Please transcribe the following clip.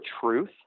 truth